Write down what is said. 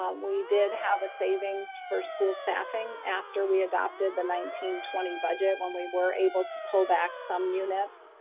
um we did have a savings for school staffing after we adopted the nineteen twenty budget, when we were able to pull back some units.